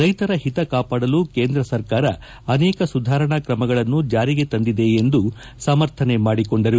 ರೈತರ ಹಿತ ಕಾಪಾಡಲು ಕೇಂದ್ರ ಸರ್ಕಾರ ಅನೇಕ ಸುಧಾರಣಾ ಕ್ರಮಗಳನ್ನು ಜಾರಿಗೆ ತಂದಿದೆ ಎಂದು ಸಮರ್ಥನೆ ಮಾಡಿಕೊಂಡರು